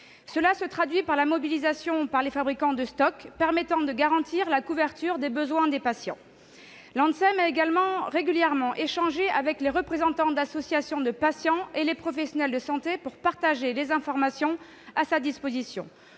Cela s'est traduit par la mobilisation par les fabricants de stocks permettant de garantir la couverture des besoins des patients. L'ANSM a également régulièrement échangé avec les représentants d'associations de patients et les professionnels de santé pour partager les informations à sa disposition.